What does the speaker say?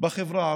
בחברה הערבית.